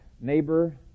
neighbor